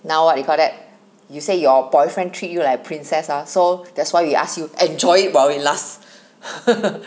now what you call that you say your boyfriend treat you like princess ah so that's why we ask you enjoy it while it lasts